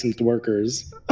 workers